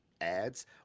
ads